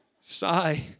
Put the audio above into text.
sigh